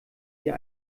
dir